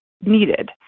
needed